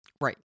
Right